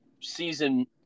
season